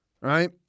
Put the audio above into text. right